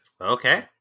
Okay